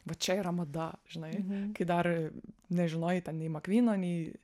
vat čia yra mada žinai kai dar nežinojai ten nei macvyno nei